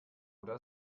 oder